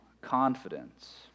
confidence